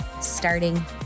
starting